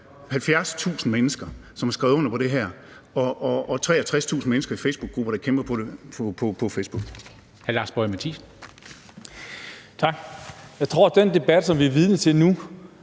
70.000 mennesker, som havde skrevet under på det her, og 63.000 mennesker i facebookgrupper, der kæmpede for det på Facebook.